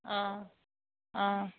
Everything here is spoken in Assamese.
অঁ অঁ